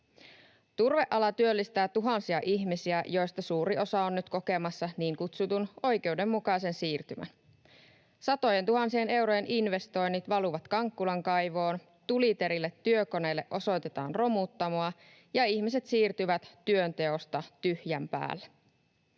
Turveala työllistää tuhansia ihmisiä, joista suuri osa on nyt kokemassa niin kutsutun oikeudenmukaisen siirtymän. Satojentuhansien eurojen investoinnit valuvat Kankkulan kaivoon, tuliterille työkoneille osoitetaan romuttamoa, ja ihmiset siirtyvät työnteosta tyhjän päälle.